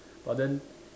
but then